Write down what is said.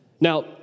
Now